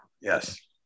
Yes